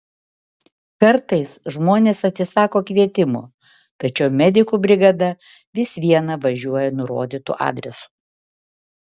kartais žmonės atsisako kvietimo tačiau medikų brigada vis viena važiuoja nurodytu adresu